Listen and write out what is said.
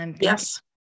Yes